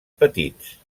petits